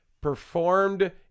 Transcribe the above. performed